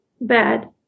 bad